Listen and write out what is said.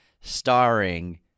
starring